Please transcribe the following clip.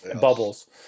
bubbles